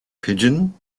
pigeon